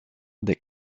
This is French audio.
des